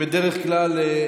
בדרך כלל,